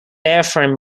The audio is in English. airframe